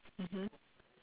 mmhmm